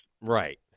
right